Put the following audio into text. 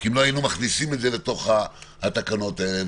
כי אם לא היינו מכניסים את זה לתוך התקנות האלה,